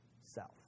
self